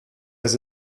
his